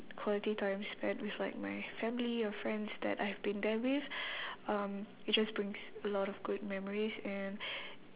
quality time spent with like my family or friends that I have been there with um it just brings a lot of good memories and